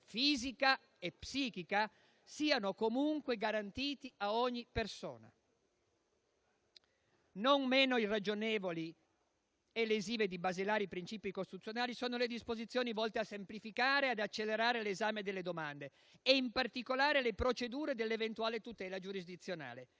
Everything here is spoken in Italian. fisica e psichica, siano comunque garantiti a ogni persona. Non meno irragionevoli e lesive di basilari principi costituzionali sono le disposizioni volte a semplificare e ad accelerare l'esame delle domande e, in particolare, le procedure dell'eventuale tutela giurisdizionale.